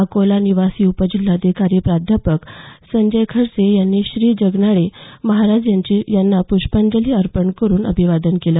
अकोला निवासी उपजिल्हाधिकारी प्राध्यापक संजय खडसे यांनी श्री संत जगनाडे महाराज यांना पुष्पांजली अर्पण करून अभिवादन केलं